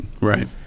Right